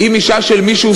אם אישה של מישהו,